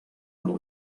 del